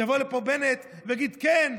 שיבוא לפה בנט ויגיד: כן,